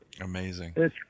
amazing